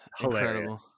incredible